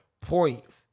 points